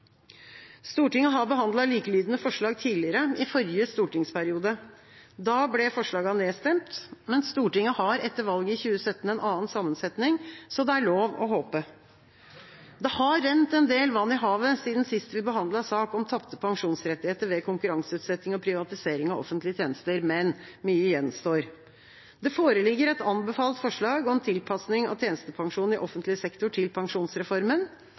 Stortinget har behandlet likelydende forslag tidligere, i forrige stortingsperiode. Da ble forslagene nedstemt, men Stortinget har etter valget i 2017 en annen sammensetning, så det er lov å håpe. Det har rent en del vann i havet siden sist vi behandlet sak om tapte pensjonsrettigheter ved konkurranseutsetting og privatisering av offentlige tjenester, men mye gjenstår. Det foreligger et anbefalt forslag om tilpasning av tjenestepensjon i offentlig sektor til pensjonsreformen.